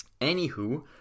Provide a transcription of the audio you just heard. Anywho